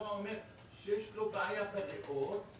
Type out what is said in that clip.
התחבורה אומר שיש לו בעיה בריאות,